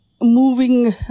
moving